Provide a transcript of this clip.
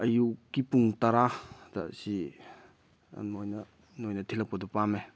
ꯑꯌꯨꯛꯀꯤ ꯄꯨꯡ ꯇꯔꯥꯗ ꯁꯤ ꯑꯗꯨꯃꯥꯏꯅ ꯅꯣꯏꯅ ꯊꯤꯂꯛꯄꯗꯣ ꯄꯥꯝꯃꯦ